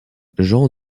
jean